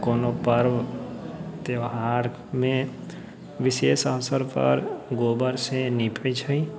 कोनो पर्व त्यौहारमे विशेष अवसरपर गोबरसँ निपै छै